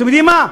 אתם יודעים מה?